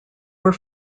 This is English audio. were